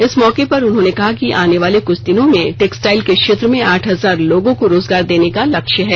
इस मौके पर उन्होंने कहा कि आनेवाले कुछ दिनों में टेक्सटाईल के क्षेत्र में आठ हजार लोगों को रोजगार देने का लक्ष्य है